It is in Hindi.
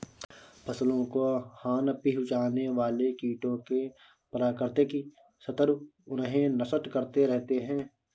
फसलों को हानि पहुँचाने वाले कीटों के प्राकृतिक शत्रु उन्हें नष्ट करते रहते हैं